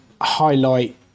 highlight